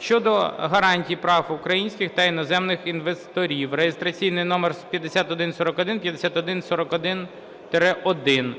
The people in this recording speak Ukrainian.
щодо гарантій прав українських та іноземних інвесторів (реєстраційний номер 5141, 5141-1).